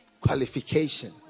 qualification